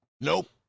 Nope